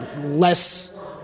less